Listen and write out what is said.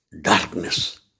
darkness